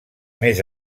més